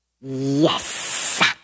Yes